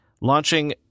launching